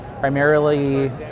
primarily